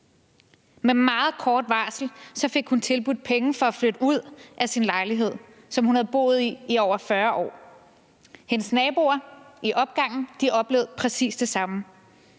Med meget kort varsel fik hun tilbudt penge for at flytte ud af sin lejlighed, som hun havde boet i i over 40 år. Hendes naboer i opgangen oplevede præcis det samme.